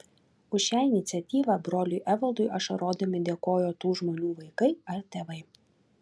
už šią iniciatyvą broliui evaldui ašarodami dėkojo tų žmonių vaikai ar tėvai